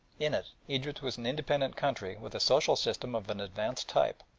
in it egypt was an independent country with a social system of an advanced type,